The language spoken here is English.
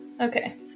Okay